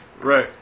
right